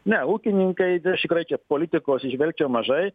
ne ūkininkai tai aš tikrai čia politikos įžvelgčiau mažai